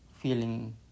feeling